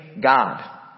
God